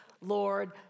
Lord